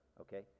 okay